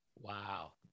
Wow